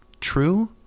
true